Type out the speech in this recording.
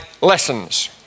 lessons